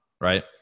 right